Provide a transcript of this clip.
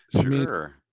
sure